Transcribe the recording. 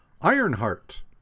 Ironheart